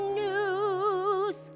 news